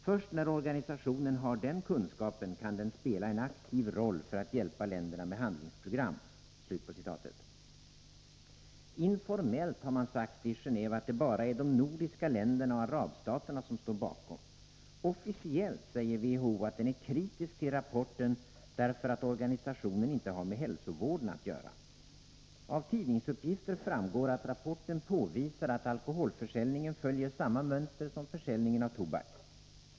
Först när organisationen har den kunskapen kan den spela en aktiv roll för att hjälpa länderna med handlingsprogram.” Informellt har man sagt i Genéve att det bara är de nordiska länderna och arabstaterna som står bakom. Officiellt säger WHO att den är kritisk till rapporten därför att organisationen inte har med hälsovården att göra. Av tidningsuppgifter framgår att rapporten påvisar att alkoholförsäljningen följer samma mönster som försäljningen av tobak.